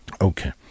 Okay